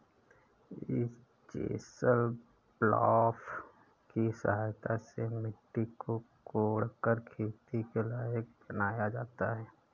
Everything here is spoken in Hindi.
इस चेसल प्लॉफ् की सहायता से मिट्टी को कोड़कर खेती के लायक बनाया जाता है